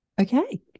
Okay